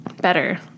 Better